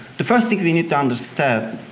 the first thing we need to understand